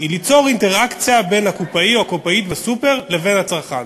היא ליצור אינטראקציה בין הקופאי או הקופאית בסופר לבין הצרכן.